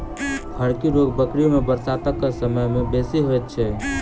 फड़की रोग बकरी मे बरसातक समय मे बेसी होइत छै